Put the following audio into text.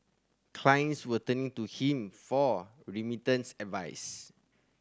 clients were turning to him for remittance advice